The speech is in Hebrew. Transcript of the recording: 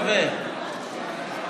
צריך ועדת שרים?